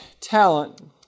talent